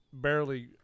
barely